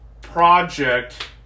project